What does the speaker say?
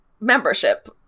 membership